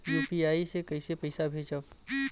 UPI से कईसे पैसा भेजब?